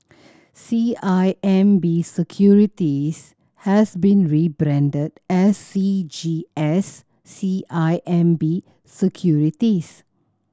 C I M B Securities has been rebranded as C G S C I M B Securities